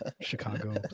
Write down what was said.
Chicago